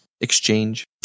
exchange